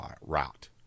route